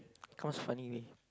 comes funny